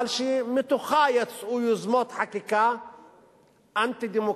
אבל שמתוכה יצאו יוזמות חקיקה אנטי-דמוקרטיות,